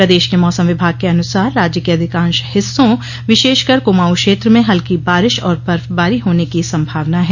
प्रदेश के मौसम विभाग के अनुसार राज्य के अधिकांश हिस्सों विशेषकर कुमां ऊ क्षेत्र में हल्की बारिश और बर्फबारी होने की संभावना है